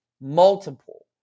multiple